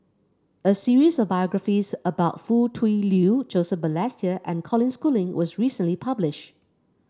a series of biographies about Foo Tui Liew Joseph Balestier and Colin Schooling was recently publish